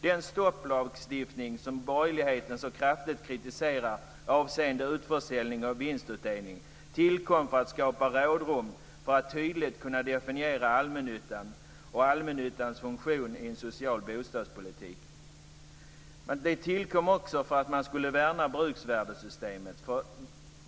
Den stopplagstiftning som borgerligheten så kraftigt kritiserar avseende utförsäljning och vinstutdelning tillkom för att skapa rådrum för att tydligt kunna definiera allmännyttan och allmännyttans funktion i en social bostadspolitik. Men den tillkom också för att man skulle värna bruksvärdessystemet.